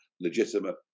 legitimate